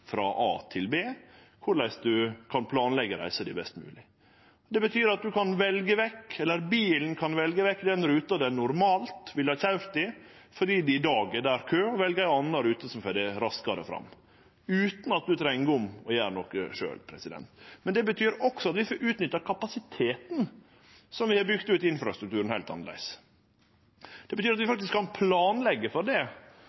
frå a til b, korleis ein kan planleggje reisa best mogleg. Det betyr at ein kan velje vekk, eller bilen kan velje vekk, den ruta ein normalt ville ha køyrt, fordi det er kø der i dag, og velje ei anna rute, som får ein raskare fram – utan at ein treng å gjere noko sjølv. Men det betyr også at vi får utnytta kapasiteten i infrastrukturen som vi har bygt ut, heilt annleis. Det betyr at vi kan planleggje for det,